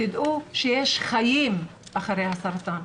תדעו שיש חיים אחרי הסרטן.